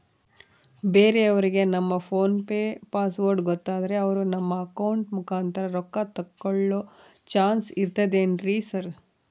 ಬೇರೆಯವರಿಗೆ ನಮ್ಮ PhonePe password ಗೊತ್ತಾದ್ರೆ ಅವರು ನಮ್ಮ ಅಕೌಂಟ್ ಮುಖಾಂತರ ರೊಕ್ಕ ತಕ್ಕೊಳ್ಳೋ ಚಾನ್ಸ್ ಇರ್ತದೆನ್ರಿ ಸರ್?